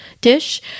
dish